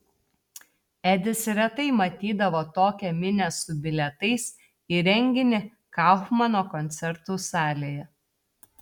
edis retai matydavo tokią minią su bilietais į renginį kaufmano koncertų salėje